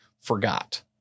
forgot